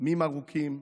ימים ארוכים,